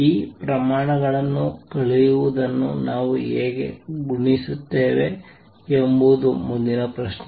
ಈ ಪ್ರಮಾಣಗಳನ್ನು ಕಳೆಯುವುದನ್ನು ನಾವು ಹೇಗೆ ಗುಣಿಸುತ್ತೇವೆ ಎಂಬುದು ಮುಂದಿನ ಪ್ರಶ್ನೆ